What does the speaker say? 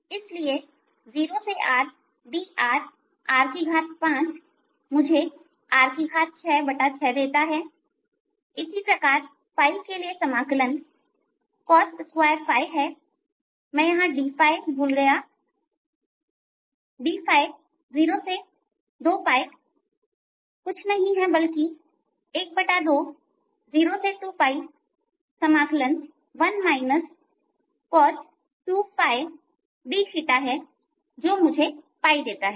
इसलिए 0R dr r5 मुझे R66देता है इसी प्रकार के लिए समाकलन 02 cos2है मैं यहां dϕभूल गया 02 cos2ϕdϕकुछ नहीं है बल्कि 1202 dϕजो मुझे देता है